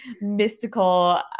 mystical